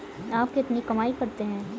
आप कितनी कमाई करते हैं?